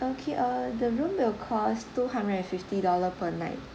okay uh the room will cost two hundred and fifty dollar per night